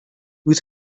luis